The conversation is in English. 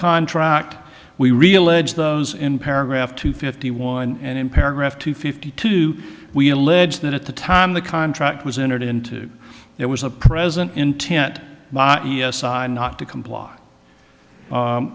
contract we relived those in paragraph two fifty one and in paragraph two fifty two we allege that at the time the contract was entered into there was a present intent not to comply